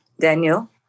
Daniel